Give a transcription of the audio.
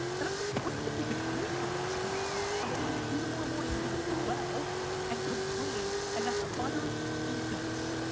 and so what do you think we've been doing for the last month, and what we're gonna do tomorrow morning? we're gonna dwell and complain, and that's utter defense,